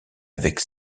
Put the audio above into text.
avec